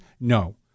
no